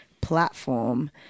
platform